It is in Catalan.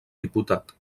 diputat